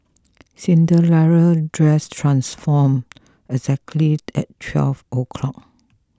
Cinderella's dress transformed exactly at twelve o'clock